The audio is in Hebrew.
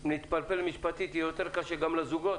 שאם נתפלפל משפטית יהיה יותר קשה גם לזוגות.